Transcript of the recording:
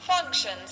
Functions